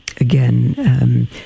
again